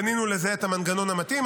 בנינו לזה את המנגנון המתאים.